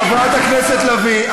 חברת הכנסת לביא,